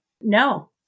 No